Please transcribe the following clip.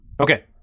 Okay